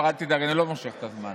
אל תדאג, אני לא מושך את הזמן.